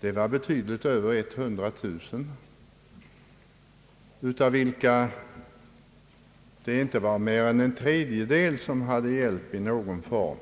Det rörde sig om betydligt över 100 000, av vilka inte mer än en tredjedel redan hade hjälp i någon form.